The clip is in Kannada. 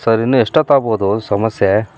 ಸರ್ ಇನ್ನೂ ಎಷ್ಟೊತ್ತಾಗ್ಬೋದು ಸಮಸ್ಯೆ